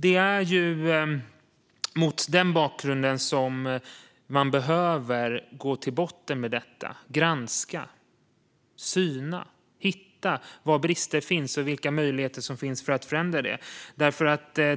Det är mot den bakgrunden som man behöver gå till botten med detta och granska, syna och hitta brister och titta på vilka möjligheter som finns för att förändra det.